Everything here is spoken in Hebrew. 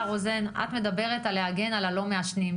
את מדברת על להגן על הלא מעשנים.